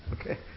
Okay